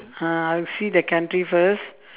uh I'll see the country first